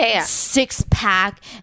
six-pack